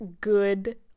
good